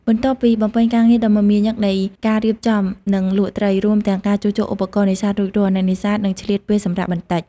បន្ទាប់ពីបំពេញការងារដ៏មមាញឹកនៃការរៀបចំ និងលក់ត្រី រួមទាំងការជួសជុលឧបករណ៍នេសាទរួចរាល់ អ្នកនេសាទនឹងឆ្លៀតពេលសម្រាកបន្តិច។